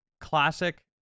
classic